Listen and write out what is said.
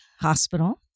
hospital